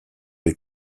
les